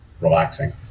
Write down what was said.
relaxing